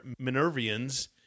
Minervians